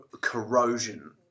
corrosion